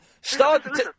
Start